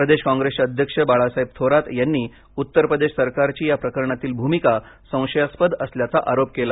प्रदेश कॉंग्रेसचे अध्यक्ष बाळासाहेब थोरात यांनी उत्तर प्रदेश सरकारची या प्रकरणातील भूमिका संशयास्पद असल्याचा आरोप केला